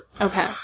Okay